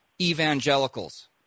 evangelicals